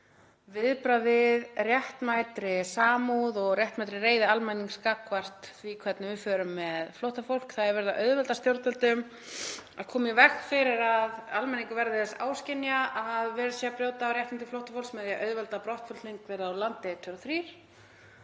viðbragð við réttmætri samúð og réttmætri reiði almennings gagnvart því hvernig við förum með flóttafólk. Það er verið að auðvelda stjórnvöldum að koma í veg fyrir að almenningur verði þess áskynja að verið sé að brjóta á réttindum flóttafólks með því að auðvelda brottflutning þess úr landi